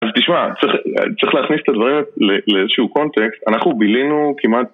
אז תשמע, צריך להכניס את הדברים לאיזשהו קונטקסט, אנחנו בילינו כמעט...